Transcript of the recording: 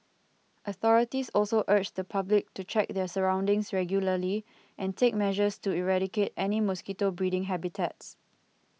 authorities also urge the public to check their surroundings regularly and take measures to eradicate any mosquito breeding habitats